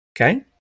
okay